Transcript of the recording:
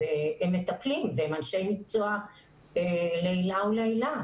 הם מטפלים והם אנשי מקצוע לעילא ולעילא,